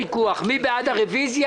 מי בעד הרוויזיה?